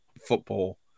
football